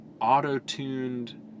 auto-tuned